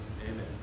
Amen